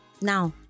Now